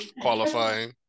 qualifying